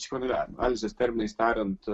psichoanalizės analizės terminais tariant